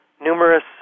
numerous